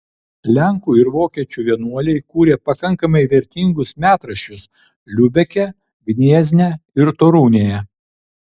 lenkų ir vokiečių vienuoliai kūrė pakankamai vertingus metraščius liubeke gniezne ir torunėje